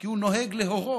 כי הוא נוהג להורות,